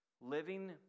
Living